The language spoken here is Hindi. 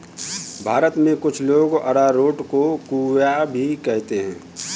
भारत में कुछ लोग अरारोट को कूया भी कहते हैं